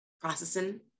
processing